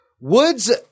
Woods